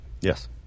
yes